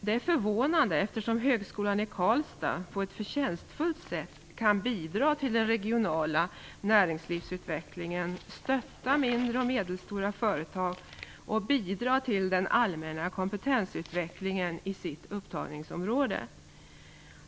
Det är förvånande eftersom högskolan i Karlstad på ett förtjänstfullt sätt kan bidra till den regionala näringslivsutvecklingen, stötta mindre och medelstora företag och bidra till den allmänna kompetensutvecklingen i upptagningsområdet.